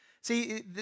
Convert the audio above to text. See